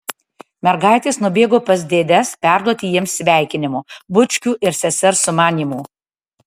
mergaitės nubėgo pas dėdes perduoti jiems sveikinimų bučkių ir sesers sumanymų